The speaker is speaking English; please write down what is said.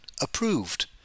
approved